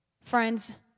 Friends